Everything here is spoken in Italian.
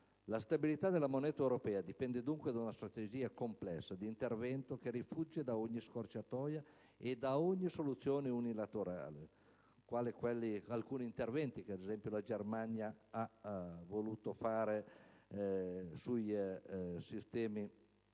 La stabilità della moneta europea dipende dunque da una strategia complessa di intervento, che rifugge da ogni scorciatoia e da ogni soluzione unilaterale (quali alcuni interventi che la Germania ha voluto adottare sul sistema